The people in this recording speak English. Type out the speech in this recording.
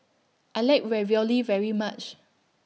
I like Ravioli very much